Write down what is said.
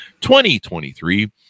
2023